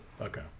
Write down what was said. Okay